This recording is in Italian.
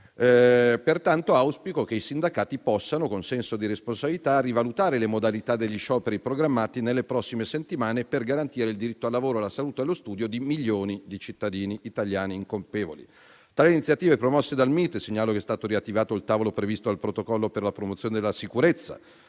Pertanto, auspico che i sindacati possano con senso di responsabilità rivalutare le modalità degli scioperi programmati nelle prossime settimane per garantire il diritto al lavoro, alla salute e allo studio di milioni di cittadini italiani incolpevoli. Tra le iniziative promosse dal MIT, segnalo che è stato riattivato il tavolo previsto dal protocollo per la promozione della sicurezza